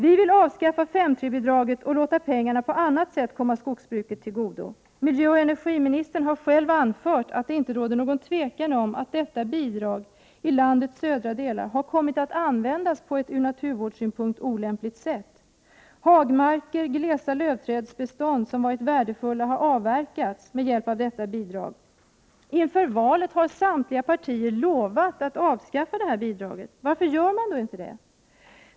Vi vill avskaffa 5:3-bidraget och låta pengarna på annat sätt komma skogsbruket till godo. Miljöoch energiministern har själv anfört att det inte råder något tvivel om att detta bidrag i landets södra delar kommit att användas på ett från naturvårdssynpunkt olämpligt sett. Hagmarker och glesa lövträdsbestånd som varit värdefulla har avverkats med hjälp av detta bidrag. Inför valet lovade samtliga partier att avskaffa detta bidrag. Varför gör de då inte det?